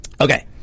Okay